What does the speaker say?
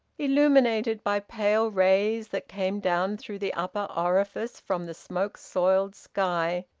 illuminated by pale rays that came down through the upper orifice from the smoke-soiled sky,